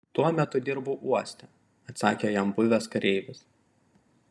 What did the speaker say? tuo metu dirbau uoste atsakė jam buvęs kareivis